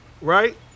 right